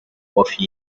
وفي